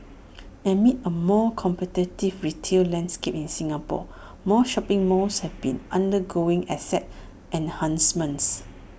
amid A more competitive retail landscape in Singapore more shopping malls have been undergoing asset enhancements